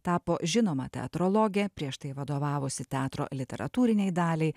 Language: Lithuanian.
tapo žinoma teatrologė prieš tai vadovavusi teatro literatūrinei daliai